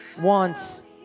wants